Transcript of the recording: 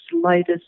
slightest